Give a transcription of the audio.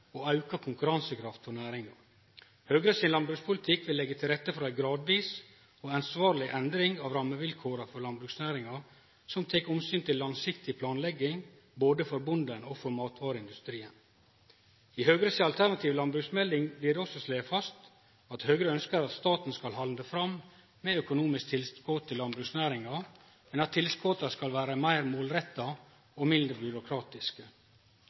og auka konkurransekraft for næringa. Høgre sin landbrukspolitikk vil leggje til rette for ei gradvis og ansvarleg endring av rammevilkåra for landbruksnæringa, som tek omsyn til langsiktig planlegging både for bonden og for matvareindustrien. I Høgre si alternative landbruksmelding blir det også slege fast at Høgre ønskjer at staten skal halde fram med økonomisk tilskot til landbruksnæringa, men at tilskota skal vere meir målretta og mindre byråkratiske.